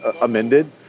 amended